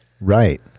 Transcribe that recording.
Right